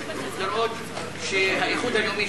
האיחוד הלאומי,